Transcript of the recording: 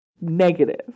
negative